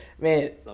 man